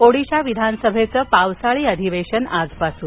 ओडिशा विधानसभेचं पावसाळी अधिवेशन आजपासून